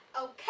Okay